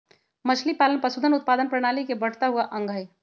मछलीपालन पशुधन उत्पादन प्रणाली के बढ़ता हुआ अंग हई